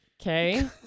okay